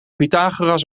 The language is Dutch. pythagoras